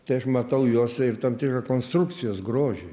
tai aš matau juose ir tam tikrą konstrukcijos grožį